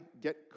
get